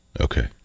Okay